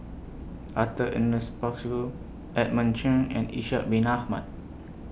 Arthur Ernest Percival Edmund Cheng and Ishak Bin Ahmad